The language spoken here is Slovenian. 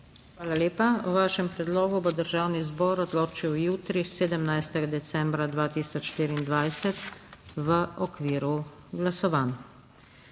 Hvala lepa. O vašem predlogu bo državni zbor odločil jutri, 17. decembra 2024, v okviru glasovanj.